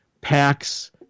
packs